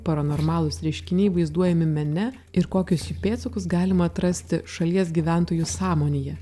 paranormalūs reiškiniai vaizduojami mene ir kokius jų pėdsakus galima atrasti šalies gyventojų sąmonėje